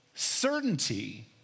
Certainty